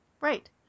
Right